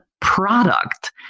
product